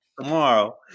tomorrow